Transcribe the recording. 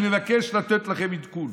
אני מבקש לתת לכם עדכון.